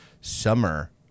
summer